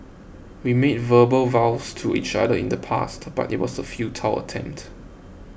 we made verbal vows to each other in the past but it was a futile attempt